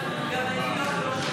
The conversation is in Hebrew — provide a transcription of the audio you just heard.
להם "עוכרי ישראל" או "בוגדים" בחיים לא.